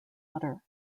mater